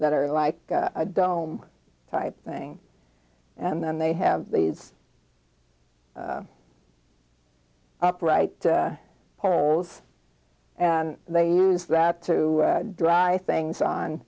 that are like a dome type thing and then they have these upright poles and they use that to dry things on